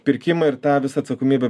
pirkimai ir tą visą atsakomybę